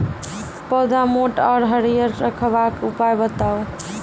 पौधा मोट आर हरियर रखबाक उपाय बताऊ?